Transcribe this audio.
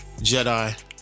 Jedi